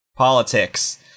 politics